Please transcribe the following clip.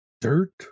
dirt